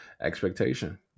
expectation